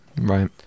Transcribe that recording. right